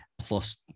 plus